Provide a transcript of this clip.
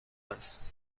است